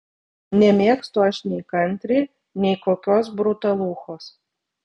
nemėgstu aš nei kantri nei kokios brutaluchos